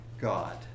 God